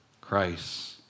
Christ